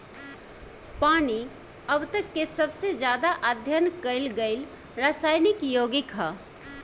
पानी अब तक के सबसे ज्यादा अध्ययन कईल गईल रासायनिक योगिक ह